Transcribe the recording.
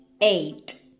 eight